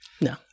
No